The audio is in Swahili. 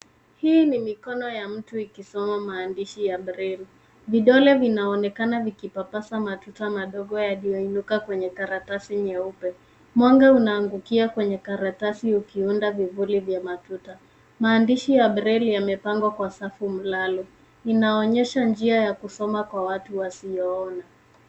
Hii ni mikono ya mtu ikisoma maandishi ya breli. Vidole vinaonekana vikipapasa matuta madogo yaliyoinuka kwenye karatasi nyeupe. Mwanga unaangukia karatasi ukiunda vivuli vya matuta. Maandishi ya breli yamepangwa kwa safu mlalo. Inaonyesha njia ya kusoma kwa watu wasioona.